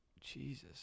Jesus